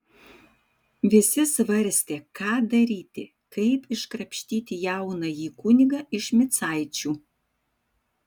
visi svarstė ką daryti kaip iškrapštyti jaunąjį kunigą iš micaičių